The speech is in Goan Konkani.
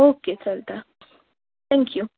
ओके चलता थेंक यू